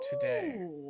today